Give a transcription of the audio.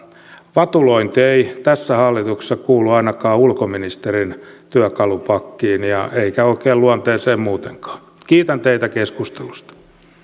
vatulointi ei tässä hallituksessa kuulu ainakaan ulkoministerin työkalupakkiin eikä oikein luonteeseen muutenkaan kiitän teitä keskustelusta